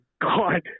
God